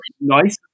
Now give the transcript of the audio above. nice